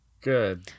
Good